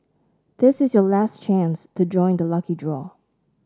this is your last chance to join the lucky draw